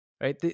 right